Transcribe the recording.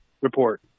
report